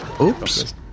oops